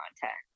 content